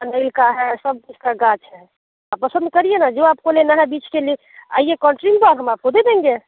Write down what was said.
कनैल का है सब कुछ का गांछ है आप पसंद करिए न जो आपको लेना है बिछ के ले आइए कौन सी बाग हम आपको दे देंगे